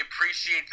appreciate